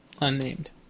Unnamed